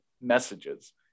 messages